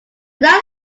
that